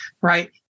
right